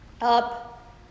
up